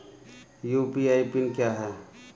UPI pin क्या है?